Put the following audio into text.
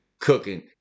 cooking